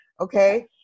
okay